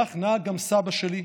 כך נהג גם סבא שלי: